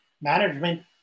management